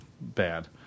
bad